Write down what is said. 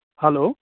hello